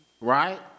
Right